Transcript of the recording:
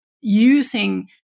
using